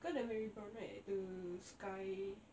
kan ada Marrybrown right at the sky